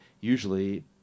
usually